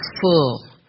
full